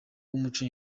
w’umuco